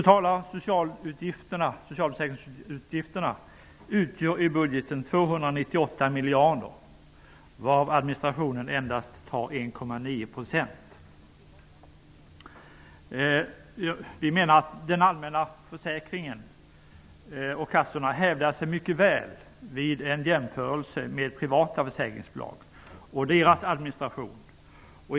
De totala socialförsäkringsutgifterna utgör i budgeten 298 miljarder kronor, varav administrationen endast utgör 1,9 %. Den allmänna försäkringen och kassorna hävdar sig mycket väl vid en jämförelse med privata försäkringsbolag och deras administration.